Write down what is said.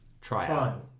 Trial